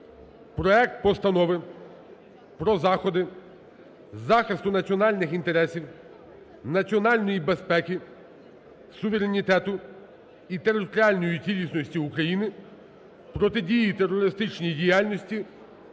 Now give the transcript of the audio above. проект Постанови про заходи захисту національних інтересів, Національної безпеки, суверенітету і територіальної цілісності України, протидії терористичній діяльності